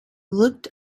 looked